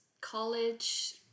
college